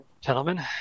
gentlemen